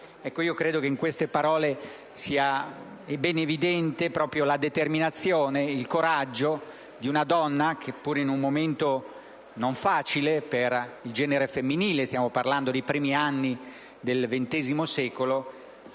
Credo che in queste parole siano ben evidenti la determinazione e il coraggio di una donna che, pur in un momento non facile per il genere femminile (stiamo parlando dei primi anni del ventesimo